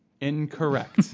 Incorrect